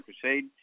Crusade